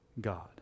God